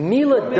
Mila